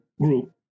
group